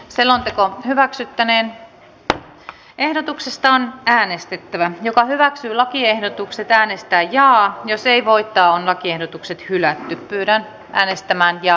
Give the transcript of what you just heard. selonteko hyväksyttäneen ehdotuksesta on äänestettävä joko hyväksyy lakiehdotukset äänestää jaa a jos ei voittoon lakiehdotukset kyllä teidän äänestämään ja